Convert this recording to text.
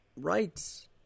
rights